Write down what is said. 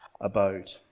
abode